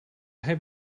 have